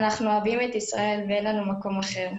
אנחנו אוהבים את ישראל ואין לנו מקום אחר.